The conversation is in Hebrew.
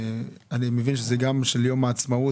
ואני מבין שזה גם של יום העצמאות,